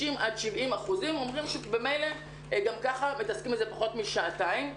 70-50% אומרים שבמילא גם ככה מתעסקים בזה פחות משעתיים.